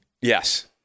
Yes